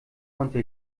konnte